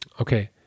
Okay